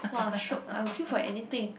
!wah! shiok I'll queue for anything